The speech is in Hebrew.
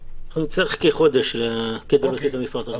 נצטרך כחודש כדי להוציא את המפרט הזה.